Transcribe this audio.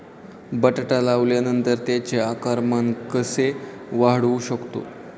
बटाटा लावल्यानंतर त्याचे आकारमान कसे वाढवू शकतो?